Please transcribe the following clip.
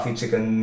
chicken